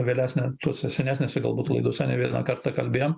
vėlesne tose senesnėse galbūt laidose ne vieną kartą kalbėjom